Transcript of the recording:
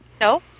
No